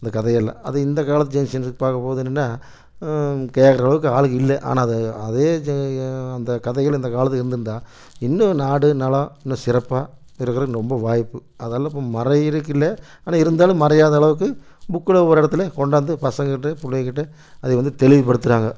அந்த கதையெல்லாம் அது இந்த காலத்து ஜென்ரேஷனுக்கு பார்க்கும் போது என்னென்னா கேட்குற அளவுக்கு ஆள் இல்லை ஆனால் அதே அதே ஜ அந்த கதைகள் இந்த காலத்தில் இருந்துருந்தால் இன்னும் நாடு நலம் இன்னும் சிறப்பாக இருக்குறதுக்கு ரொம்ப வாய்ப்பு அதெல்லாம் இப்போ மறையிறதுக்கு இல்லை ஆனால் இருந்தாலும் மறையாத அளவுக்கு புக்கில் ஒரு இடத்துல கொண்டாந்து பசங்கக்கிட்ட புள்ளைங்கக்கிட்ட அதை வந்து தெளிவுப்படுத்துறாங்கள்